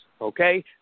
Okay